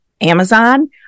Amazon